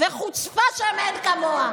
הרפיסות של השמאל,